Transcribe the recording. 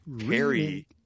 Harry